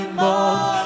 more